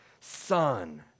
son